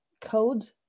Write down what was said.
code